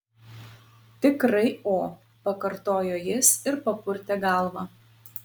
tikrai o pakartojo jis ir papurtė galvą